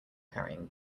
carrying